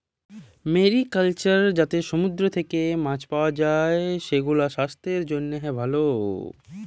mariculture যাতে সমুদ্র থেক্যে মাছ পাওয়া যায়, সেগুলাসাস্থের জন্হে ভালো